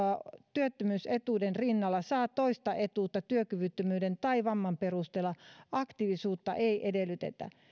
työttömyysetuuden rinnalla saa toista etuutta työkyvyttömyyden tai vamman perusteella aktiivisuutta ei edellytetä